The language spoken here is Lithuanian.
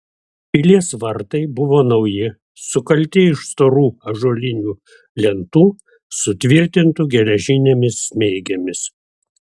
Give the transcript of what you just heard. pilies vartai buvo nauji sukalti iš storų ąžuolinių lentų sutvirtintų geležinėmis smeigėmis